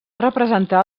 representar